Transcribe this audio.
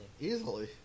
Easily